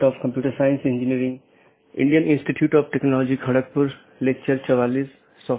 जैसा कि हम पिछले कुछ लेक्चरों में आईपी राउटिंग पर चर्चा कर रहे थे आज हम उस चर्चा को जारी रखेंगे